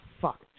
fuck